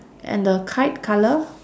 and the kite colour